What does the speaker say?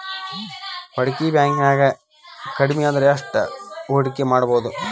ಹೂಡ್ಕಿ ಬ್ಯಾಂಕ್ನ್ಯಾಗ್ ಕಡ್ಮಿಅಂದ್ರ ಎಷ್ಟ್ ಹೂಡ್ಕಿಮಾಡ್ಬೊದು?